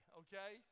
okay